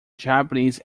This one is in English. japanese